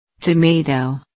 Tomato